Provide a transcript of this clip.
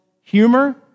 humor